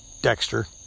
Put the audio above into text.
Dexter